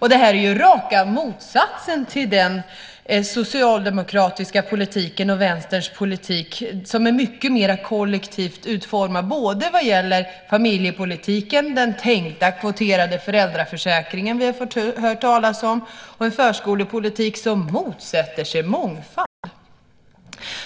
Vår politik är raka motsatsen till Socialdemokraternas och Vänsterns politik som är mycket mer kollektivt utformad vad gäller familjepolitiken, den tänkta kvoterade föräldraförsäkringen, som vi fått höra talas om, och en förskolepolitik som motsätter sig mångfald.